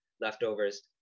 leftovers